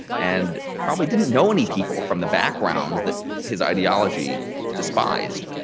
and probably didn't know any people from the backgrounds that his ideology despised.